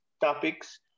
topics